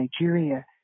Nigeria